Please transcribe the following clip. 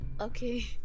Okay